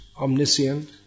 omniscient